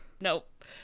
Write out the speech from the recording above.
nope